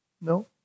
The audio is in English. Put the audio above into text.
No